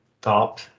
top